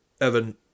Evan